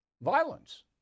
violence